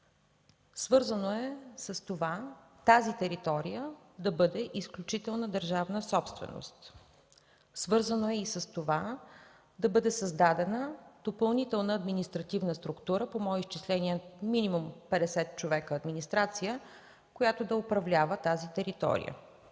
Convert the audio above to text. свързано е с това тази територия да бъде изключителна държавна собственост. Свързано е и с това да бъде създадена допълнителна административна структура, по мои изчисления минимум 50 човека администрация, която да управлява тази територия.